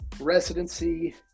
residency